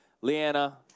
Leanna